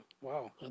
Wow